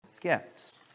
gifts